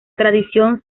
tradición